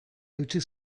eutsi